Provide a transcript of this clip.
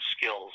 skills